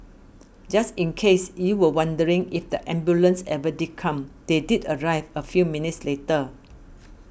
just in case you were wondering if the ambulance ever did come they did arrive a few minutes later